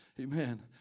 Amen